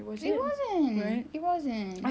it wasn't it wasn't